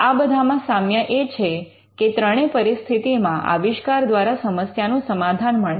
આ બધામાં સામ્ય એ છે કે ત્રણે પરિસ્થિતિમાં આવિષ્કાર દ્વારા સમસ્યાનું સમાધાન મળે છે